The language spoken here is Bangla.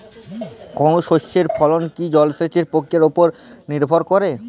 কোনো শস্যের ফলন কি জলসেচ প্রক্রিয়ার ওপর নির্ভর করে?